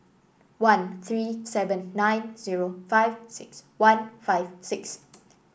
one three seven nine zero five six one five six